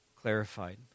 clarified